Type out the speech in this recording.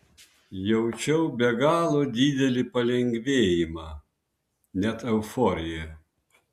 jaučiau be galo didelį palengvėjimą net euforiją